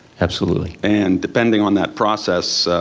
absolutely. and depending on that process,